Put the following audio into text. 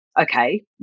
Okay